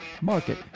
Market